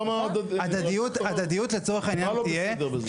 למה --- הדדיות, הדדיות לצורך העניין תהיה.